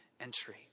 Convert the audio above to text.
entry